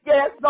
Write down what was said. Yes